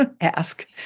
ask